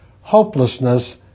hopelessness